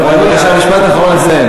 בבקשה לסיים.